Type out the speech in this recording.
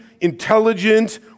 intelligent